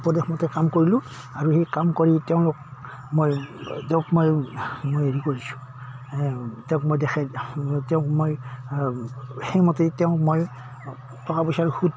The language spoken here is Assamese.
উপদেশমতে কাম কৰিলোঁ আৰু সেই কাম কৰি তেওঁলোক মই তেওঁক মই মই হেৰি কৰিছোঁ তেওঁক মই দেখাই তেওঁক মই সেইমতে তেওঁক মই টকা পইচাৰ সুত